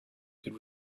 could